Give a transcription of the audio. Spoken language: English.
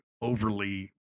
overly